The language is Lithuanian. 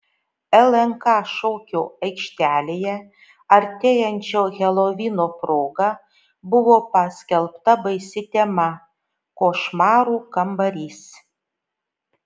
lnk šokių aikštelėje artėjančio helovino proga buvo paskelbta baisi tema košmarų kambarys